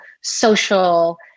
social